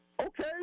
Okay